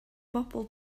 bobl